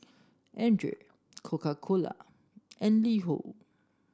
Andre Coca Cola and LiHo